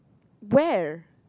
where